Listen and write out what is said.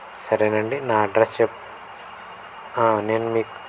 సరేనండి నా అడ్రెస్ చెప్ నేను మీకు